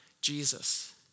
Jesus